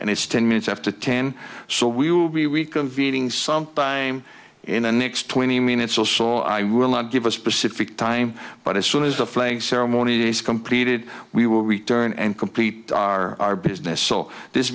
and it's ten minutes after ten so we will be weak of eating sometime in the next twenty minutes or so i will not give a specific time but as soon as the flag ceremony is completed we will return and complete our business so this